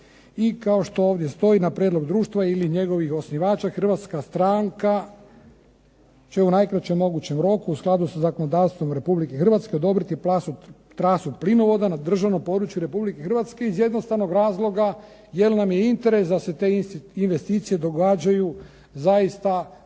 kao što ovdje stoji na prijedlog društva ili njegovih osnivača hrvatska stranka će u najkraćem mogućem roku u skladu sa zakonodavstvo RH odobriti trasu plinovoda na državnom području RH iz jednostavnog razloga jer nam je interes da se te investicije događaju zaista